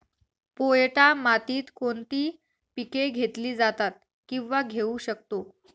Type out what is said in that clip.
पोयटा मातीत कोणती पिके घेतली जातात, किंवा घेऊ शकतो?